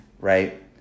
Right